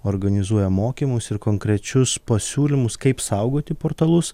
organizuoja mokymus ir konkrečius pasiūlymus kaip saugoti portalus